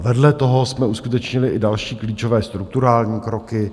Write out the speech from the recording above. Vedle toho jsme uskutečnili i další klíčové strukturální kroky.